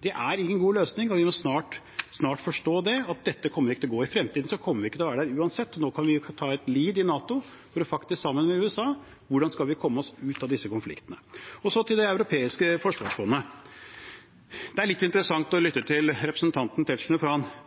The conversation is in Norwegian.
Det er ingen god løsning, og vi må snart forstå at dette ikke kommer til å gå. I fremtiden kommer vi ikke til å være der uansett. Nå kan vi ta en «lead» i NATO for sammen med USA å se hvordan vi skal komme oss ut av disse konfliktene. Så til Det europeiske forsvarsfondet: Det var litt interessant å lytte til representanten Tetzschner,